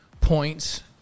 points